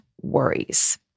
worries